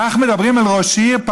כך מדברים על ראש עיר?